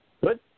Good